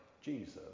Jesus